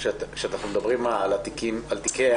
כשאנחנו מדברים על תיקי העבר?